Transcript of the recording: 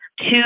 two